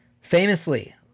Famously